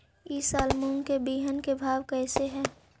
ई साल मूंग के बिहन के भाव कैसे हई?